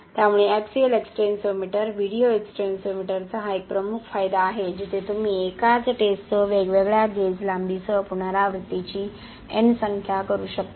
त्यामुळे axial extensometer video एक्सटेन्सोमीटरचा हा एक प्रमुख फायदा आहे जिथे तुम्ही एकाच टेस्टसह वेगवेगळ्या गेज लांबीसह पुनरावृत्तीची n संख्या करू शकता